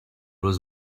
was